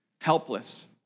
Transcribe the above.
helpless